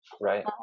Right